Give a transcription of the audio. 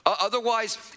Otherwise